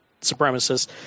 supremacists